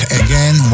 again